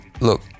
Look